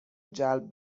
جلب